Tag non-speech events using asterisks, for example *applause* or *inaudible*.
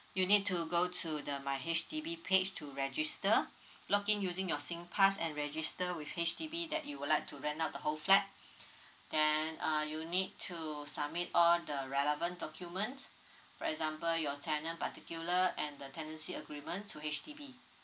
you'll need to go to the my H_D_B page to register *breath* log in using your singpass and register with H_D_B that you would like to rent out the whole flat *breath* then uh you'll need to submit all the relevant documents *breath* for example your tenant particular and the tenancy agreement to H_D_B